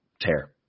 tear